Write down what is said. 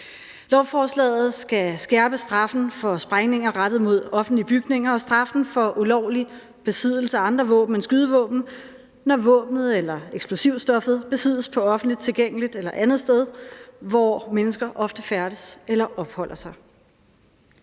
Lovforslaget skal skærpe straffen for sprængninger rettet mod offentlige bygninger og straffen for ulovlig besiddelse af andre våben end skydevåben, når våbnet eller eksplosivstoffet besiddes på offentligt tilgængeligt eller andet sted, hvor mennesker ofte færdes eller opholder sig.